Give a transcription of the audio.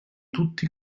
tutti